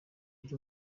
lee